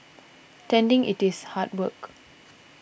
tending it is hard work